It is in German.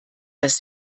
das